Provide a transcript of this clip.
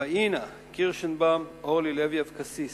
פניה קירשנבאום, אורלי לוי אבקסיס,